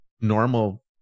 normal